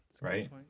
Right